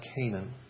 Canaan